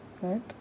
right